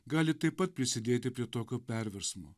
gali taip pat prisidėti prie tokio perversmo